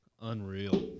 unreal